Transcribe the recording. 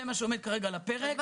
זה מה שעומד כרגע על הפרק,